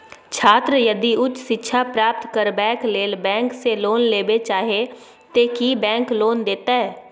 छात्र यदि उच्च शिक्षा प्राप्त करबैक लेल बैंक से लोन लेबे चाहे ते की बैंक लोन देतै?